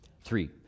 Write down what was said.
Three